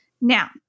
Now